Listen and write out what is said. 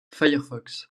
firefox